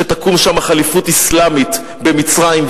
שתקום שם חליפוּת אסלאמית במצרים,